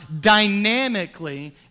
dynamically